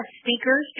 speakers